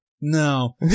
No